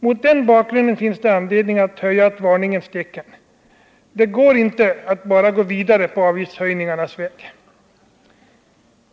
Mot den bakgrunden finns det anledning att höja ett varningens tecken. Det går inte att bara gå vidare på avgiftshöjningarnas väg.